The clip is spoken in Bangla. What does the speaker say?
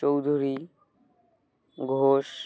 চৌধুরী ঘোষ